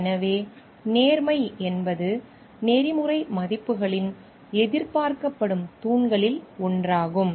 எனவே நேர்மை என்பது நெறிமுறை மதிப்புகளின் எதிர்பார்க்கப்படும் தூண்களில் ஒன்றாகும்